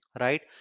right